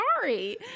sorry